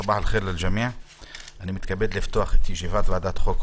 אני מתכבד לפתוח את ישיבת ועדת החוקה,